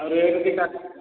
ଆଉ ରେଟ୍ ବି ତା